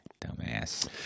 Dumbass